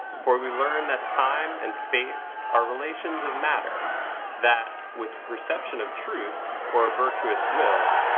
for we learn that time and space are relations of matter that, with a perception of truth, or a virtuous will,